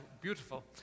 beautiful